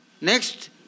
next